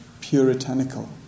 puritanical